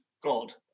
God